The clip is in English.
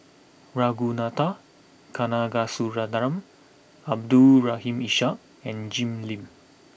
Ragunathar Kanagasuntheram Abdul Rahim Ishak and Jim Lim